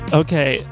okay